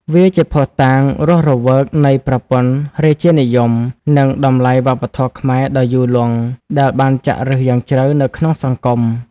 វាជាភស្តុតាងរស់រវើកនៃប្រព័ន្ធរាជានិយម និងតម្លៃវប្បធម៌ខ្មែរដ៏យូរលង់ ដែលបានចាក់ឫសយ៉ាងជ្រៅនៅក្នុងសង្គម។